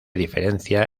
diferencia